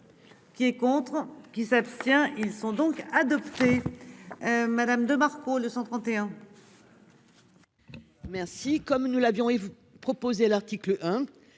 Qui est contre qui s'abstient. Ils sont donc adopté. Madame de Marco de 131.